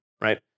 right